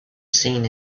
seen